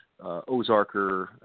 Ozarker